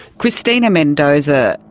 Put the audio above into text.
christina mendoza,